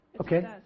Okay